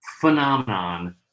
phenomenon